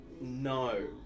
No